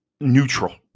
neutral